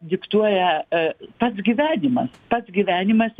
diktuoja pats gyvenimas pats gyvenimas